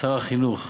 שר החינוך,